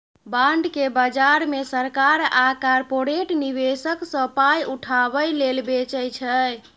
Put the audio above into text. bond केँ बजार मे सरकार आ कारपोरेट निबेशक सँ पाइ उठाबै लेल बेचै छै